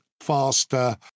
faster